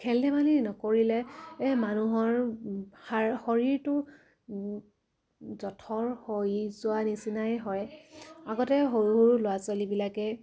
খেল ধেমালি নকৰিলে মানুহৰ সাৰ শৰীৰটো যথৰ হৈ যোৱা নিচিনাই হয় আগতে সৰু সৰু ল'ৰা ছোৱালীবিলাকে